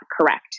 correct